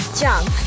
jump